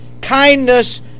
kindness